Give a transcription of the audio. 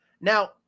Now